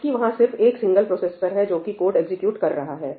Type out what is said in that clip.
जबकि वहां सिर्फ एक सिंगल प्रोसेसर है जो कि कोड एग्जीक्यूट कर रहा है